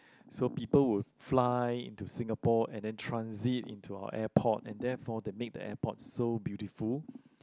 so people would fly into Singapore and then transit into our airport and that for the need the airport so beautiful